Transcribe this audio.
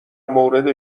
مورد